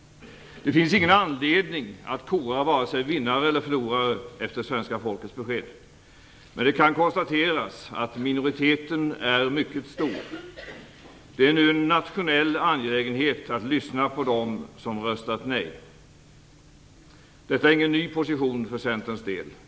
Det finns ingen anledning att kora vare sig vinnare eller förlorare efter svenska folkets besked. Men det kan konstateras att minoriteten är mycket stor. Det är nu en nationell angelägenhet att lyssna på dem som röstat nej. Detta är ingen ny position för Centerns del.